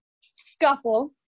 scuffle